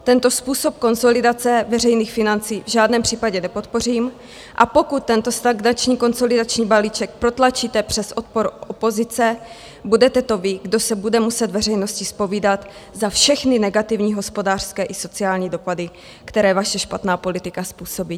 Tento způsob konsolidace veřejných financí v žádném případě nepodpořím, a pokud tento stagnační konsolidační balíček protlačíte přes odpor opozice, budete to vy, kdo se bude muset veřejnosti zpovídat za všechny negativní hospodářské i sociální dopady, které vaše špatná politika způsobí.